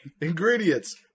Ingredients